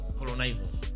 colonizers